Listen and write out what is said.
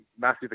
massive